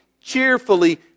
cheerfully